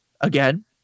Again